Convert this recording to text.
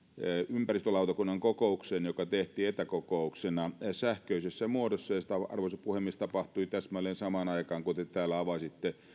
ympäristölautakunnan kokoukseen joka tehtiin etäkokouksena sähköisessä muodossa se arvoisa puhemies tapahtui täsmälleen samaan aikaan kuin te täällä avasitte